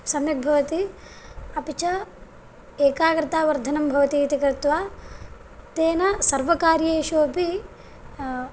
सम्यक्भवति अपि च एकाग्रतावर्धनं भवति इति कृत्वा तेन सर्वकार्येष्वपि